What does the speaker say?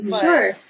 Sure